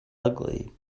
ugly